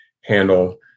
handle